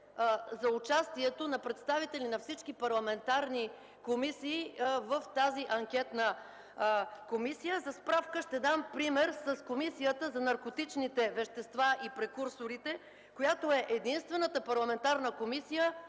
за участието на представители на всички парламентарни групи в тази анкетна комисия. За справка ще дам пример с Комисията за наркотичните вещества и прекурсорите, която е единствената парламентарна анкетна